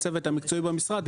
הצוות המקצועי במשרד,